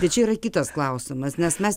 bet čia yra kitas klausimas nes mes